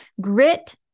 Grit